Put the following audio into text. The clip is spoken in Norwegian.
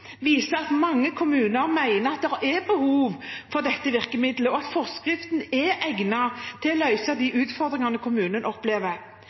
viser at mange kommuner mener at det er behov for dette virkemidlet, og at forskriften er egnet til å løse de utfordringene kommunen opplever.